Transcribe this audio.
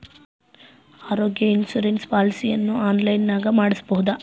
ಆರೋಗ್ಯ ಇನ್ಸುರೆನ್ಸ್ ಪಾಲಿಸಿಯನ್ನು ಆನ್ಲೈನಿನಾಗ ಮಾಡಿಸ್ಬೋದ?